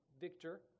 victor